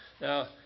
now